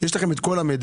יש לכם כל המידע,